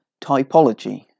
typology